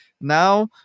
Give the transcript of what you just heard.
Now